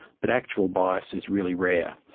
but actual bias is really rare.